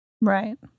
Right